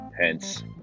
hence